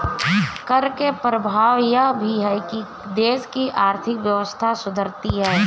कर के प्रभाव यह भी है कि देश की आर्थिक व्यवस्था सुधरती है